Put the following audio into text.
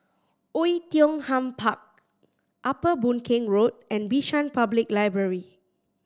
Oei Tiong Ham Park Upper Boon Keng Road and Bishan Public Library